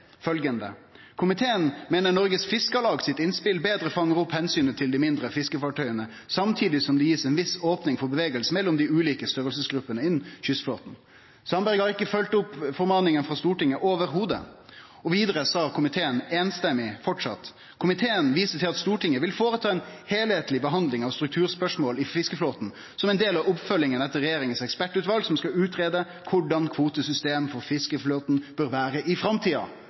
uttalte komiteen – også da samrøystes – følgjande: «Komiteen mener Norges Fiskarlag i sitt innspill bedre fanger opp hensynet til de mindre fiskefartøyene samtidig som det gis en viss åpning for bevegelse mellom de ulike størrelsesgruppene innen kystflåten.» Sandberg har ikkje følgd opp formaninga frå Stortinget i det heile. Vidare sa komiteen – framleis samrøystes: «Komiteen viser til at Stortinget vil foreta en helhetlig behandling av strukturspørsmål i fiskeflåten som en del av oppfølgingen etter regjeringens ekspertutvalg som skal utrede hvordan kvotesystemet for fiskeflåten bør være i